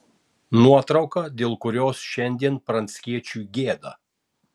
nuotrauka dėl kurios šiandien pranckiečiui gėda